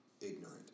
ignorant